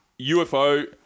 UFO